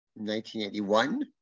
1981